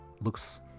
looks